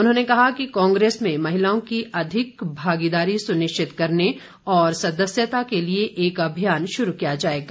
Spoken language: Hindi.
उन्होंने कहा कि कांग्रेस में महिलाओं की अधिक भागीदारी सुनिश्चित करने और सदस्यता के लिए एक अभियान शुरू किया जाएगा